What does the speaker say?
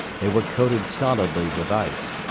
they were coated solidly with ice,